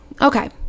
Okay